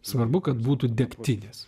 svarbu kad būtų degtinės